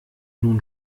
nun